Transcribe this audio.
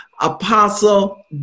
Apostle